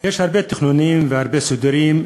יש הרבה תכנונים והרבה סידורים,